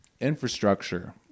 Infrastructure